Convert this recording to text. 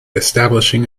establishing